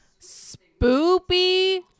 Spoopy